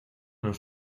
los